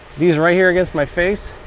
these right here against my face,